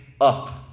up